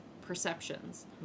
perceptions